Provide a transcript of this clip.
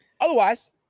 Otherwise